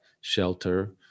shelter